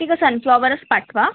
ठीक आहे सनफ्लाॅवरच पाठवा